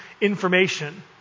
information